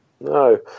No